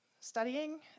studying